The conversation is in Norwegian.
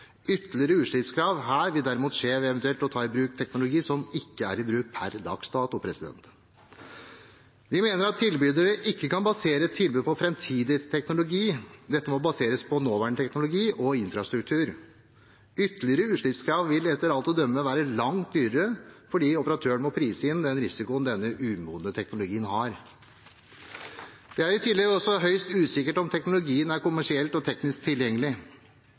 Ytterligere utslippskrav her vil derimot måtte skje ved eventuelt å ta i bruk teknologi som ikke er i bruk per dags dato. Vi mener at tilbydere ikke kan basere et tilbud på framtidig teknologi, det må baseres på nåværende teknologi og infrastruktur. Ytterligere utslippskrav vil etter alt å dømme være langt dyrere, fordi operatøren må prise inn den risikoen denne umodne teknologien har. Det er i tillegg også høyst usikkert om teknologien er kommersielt og teknisk tilgjengelig.